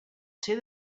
ser